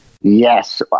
Yes